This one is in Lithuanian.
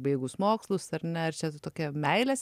baigus mokslus ar ne čia ta tokia meilės